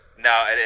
No